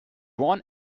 one